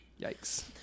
Yikes